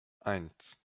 eins